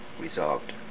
resolved